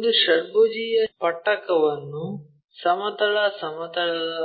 ಒಂದು ಷಡ್ಭುಜೀಯ ಪಟ್ಟಕವನ್ನು ಸಮತಲ ಸಮತಲದ